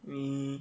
me